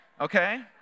Okay